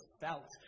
felt